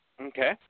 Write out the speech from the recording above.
Okay